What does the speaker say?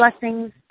blessings